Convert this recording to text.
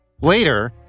Later